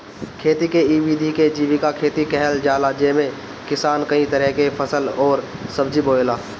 खेती के इ विधि के जीविका खेती कहल जाला जेमे किसान कई तरह के फसल अउरी सब्जी बोएला